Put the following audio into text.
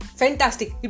fantastic